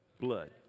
blood